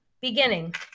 beginning